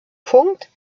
punkt